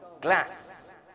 glass